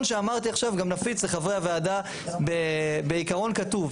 שאמרתי עכשיו גם נפיץ לחברי הוועדה בעיקרון כתוב,